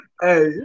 Hey